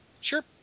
Sure